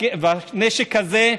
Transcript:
והנשק הזה,